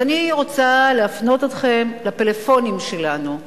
אני רוצה להפנות אתכם לפלאפונים שלנו.